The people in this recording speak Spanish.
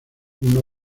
uno